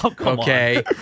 okay